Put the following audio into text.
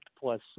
plus